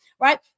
right